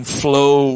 flow